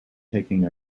taking